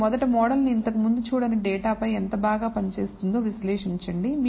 మీరు మొదట మోడల్ ఇంతకుముందు చూడని డేటా పై ఎంత బాగా పని చేస్తుందో విశ్లేషించండి